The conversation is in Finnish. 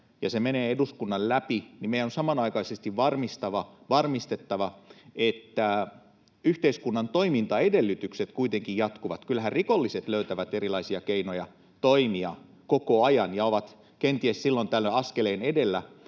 ja se menee eduskunnan läpi, on samanaikaisesti varmistettava, että yhteiskunnan toimintaedellytykset kuitenkin jatkuvat. Kyllähän rikolliset löytävät erilaisia keinoja toimia koko ajan ja ovat kenties silloin tällöin askeleen edellä